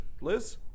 Liz